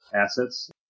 assets